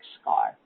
scar